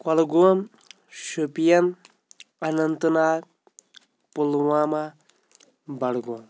کُۄلہٕ گوٗم Shopian Anantnag Pulwama Budgam